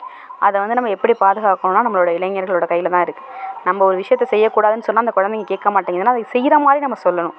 அதை வந்து நம்ம எப்படி பாதுகாக்கணும்னா நம்மளோட இளைஞர்களோட கையில் தான் இருக்கு நம்ம ஒரு விஷயத்தை செய்ய கூடாதுனு சொன்னால் அந்த குழந்தைங்க கேட்க மாட்டேங்குதுனா அதுக்கு செய்கிற மாதிரி நம்ம சொல்லணும்